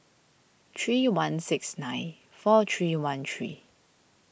three one six nine four three one three